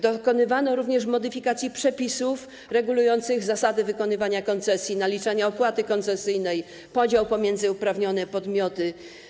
Dokonywano również modyfikacji przepisów regulujących zasady wykonywania koncesji i naliczania opłaty koncesyjnej, podział pomiędzy uprawnione podmioty.